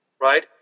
right